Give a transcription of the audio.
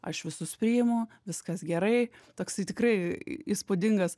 aš visus priimu viskas gerai toksai tikrai įspūdingas